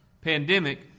pandemic